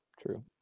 true